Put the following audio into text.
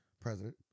president